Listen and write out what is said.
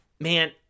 man